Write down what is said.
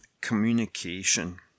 Communication